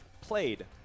played